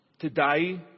Today